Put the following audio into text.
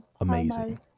amazing